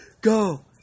go